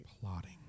Plotting